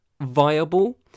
viable